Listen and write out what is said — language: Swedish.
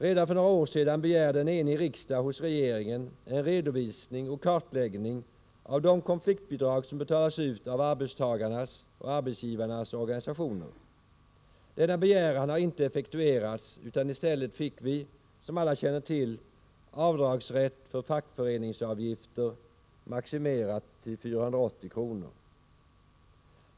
Redan för några år sedan begärde en enig riksdag hos regeringen en redovisning och kartläggning av de konfliktbidrag som betalas ut av arbetstagarnas och arbetsgivarnas organisationer. Denna begäran har inte effektuerats utan i stället fick vi, som alla känner till, avdragsrätt för fackföreningsavgifter, maximerad till 480 kr.